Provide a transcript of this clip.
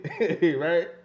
Right